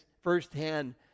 firsthand